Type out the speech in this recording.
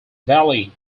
valley